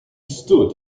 stood